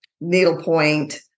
needlepoint